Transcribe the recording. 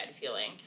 feeling